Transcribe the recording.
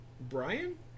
Brian